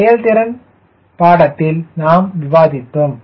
செயல்திறன் பாடத்தில் நாம் விவாதித்தோம்